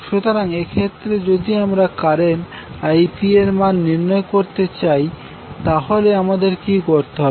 সুতরাং এক্ষেত্রে যদি আমরা কারেন্ট Ip এর মান নির্ণয় করতে যাই তাহলে আমাদের কি করতে হবে